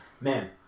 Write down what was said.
Man